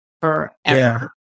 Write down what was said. forever